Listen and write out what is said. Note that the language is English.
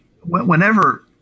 whenever